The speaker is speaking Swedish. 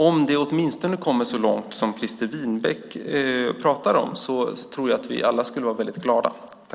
Om det åtminstone kommer så långt som Christer Winbäck pratar om tror jag att vi alla skulle vara väldigt glada.